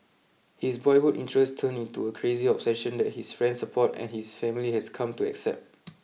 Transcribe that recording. his boyhood interest turned into a crazy obsession that his friends support and his family has come to accept